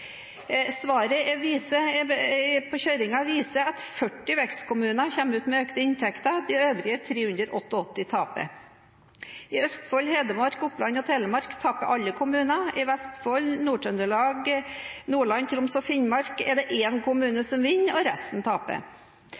Svaret på kjøringen viser at 40 vekstkommuner kommer ut med økte inntekter, de øvrige 388 taper. I Østfold, Hedmark, Oppland og Telemark taper alle kommunene. I Vestfold, Nord-Trøndelag, Nordland, Troms og Finnmark er det én kommune som vinner, og resten taper.